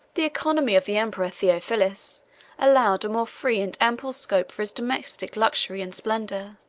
the economy of the emperor theophilus allowed a more free and ample scope for his domestic luxury and splendor.